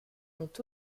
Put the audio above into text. ont